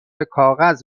کاغذ